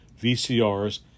VCRs